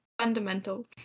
fundamental